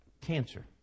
Cancer